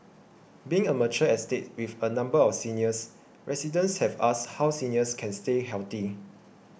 being a mature estate with a number of seniors residents have asked how seniors can stay healthy